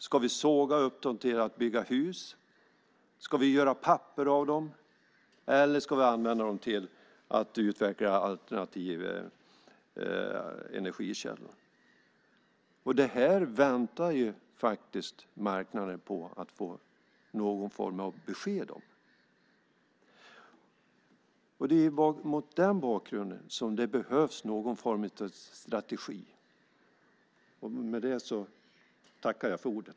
Ska vi såga upp dem för att bygga hus? Ska vi göra papper av dem? Eller ska vi använda dem till att utveckla alternativa energikällor? Marknaden väntar på någon form av besked om detta, och mot den bakgrunden behövs det alltså något slags strategi. Med detta tackar jag för ordet.